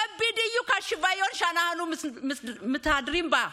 זה בדיוק השוויון שאנחנו מתהדרים בו.